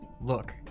look